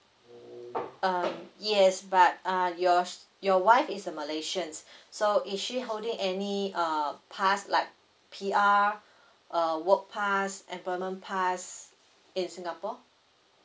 um yes but uh your your wife is a malaysians so is she holding any um pass like P_R uh work pass employment pass in singapore